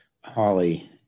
Holly